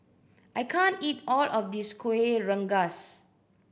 I can't eat all of this Kuih Rengas